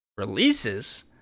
releases